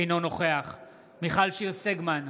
אינו נוכח מיכל שיר סגמן,